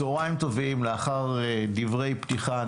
לאחר דברי פתיחה,